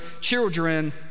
children